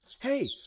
Hey